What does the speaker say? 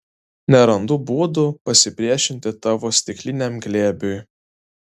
nerandu būdų pasipriešinti tavo stikliniam glėbiui